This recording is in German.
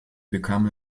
bekam